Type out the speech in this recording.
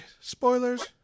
spoilers